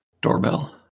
Doorbell